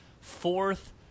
fourth